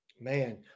man